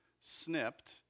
snipped